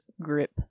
grip